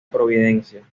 providencia